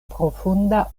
profunda